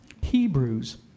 Hebrews